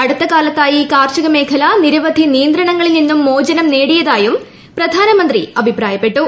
അടുത്ത കാലത്തായി കാർഷിക മേഖല നിരവധി നിയന്ത്രണങ്ങളിൽ നിന്നും മോചനം നേടിയതായും പ്രധാനമന്ത്രി അഭിപ്രായപ്പെട്ടു